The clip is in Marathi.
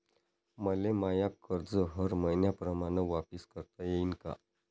मले माय कर्ज हर मईन्याप्रमाणं वापिस करता येईन का?